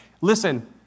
Listen